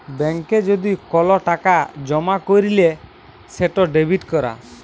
ব্যাংকে যদি কল টাকা জমা ক্যইরলে সেট ডেবিট ক্যরা